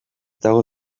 dago